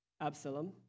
Absalom